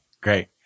great